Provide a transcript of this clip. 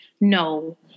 no